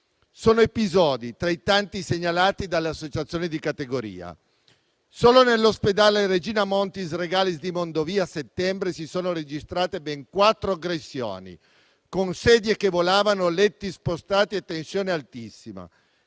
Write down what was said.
Sono tanti gli episodi segnalati dalle associazioni di categoria: solo nell'ospedale «Regina Montis Regalis» di Mondovì, a settembre si sono registrate ben quattro aggressioni, con sedie che volavano, letti spostati e tensione altissima.